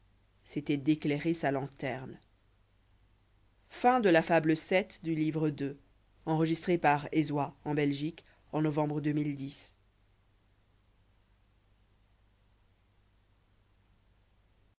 c'étoit d'éclairer sa lanterne